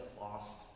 lost